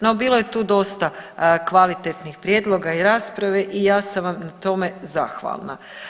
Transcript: No bilo je tu dosta kvalitetnih prijedloga i rasprave i ja sam vam na tome zahvalna.